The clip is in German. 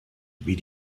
wie